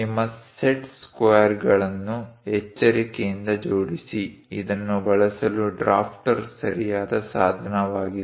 ನಿಮ್ಮ ಸೆಟ್ ಸ್ಕ್ವೇರ್ಗಳನ್ನು ಎಚ್ಚರಿಕೆಯಿಂದ ಜೋಡಿಸಿ ಇದನ್ನು ಬಳಸಲು ಡ್ರಾಫ್ಟರ್ ಸರಿಯಾದ ಸಾಧನವಾಗಿದೆ